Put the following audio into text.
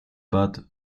bad